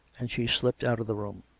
and she slipped out of the room.